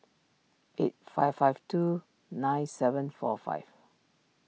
eight five five two nine seven four five